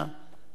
לעמנו